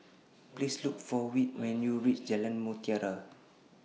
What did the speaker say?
Please Look For Whit when YOU REACH Jalan Mutiara